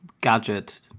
gadget